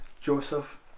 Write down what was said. Joseph